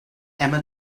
emma